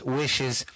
wishes